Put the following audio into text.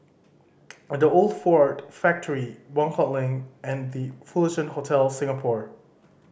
The Old Ford Factory Buangkok Link and The Fullerton Hotel Singapore